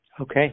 Okay